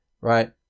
Right